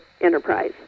enterprise